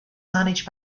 managed